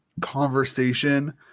conversation